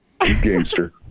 Gangster